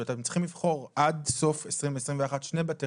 שאתם צריכים לבחור עד סוף 2021 שני בתי